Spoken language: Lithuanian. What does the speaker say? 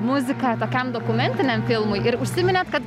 muziką tokiam dokumentiniam filmui ir užsiminėt kad